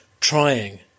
trying